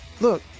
Look